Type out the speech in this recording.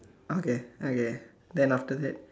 okay okay then after that